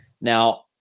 Now